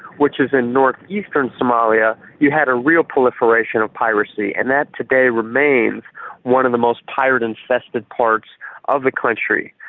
which is in northeastern somalia, you had a real proliferation of piracy, and that today remains one of the most pirate-infested parts of the country.